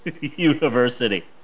University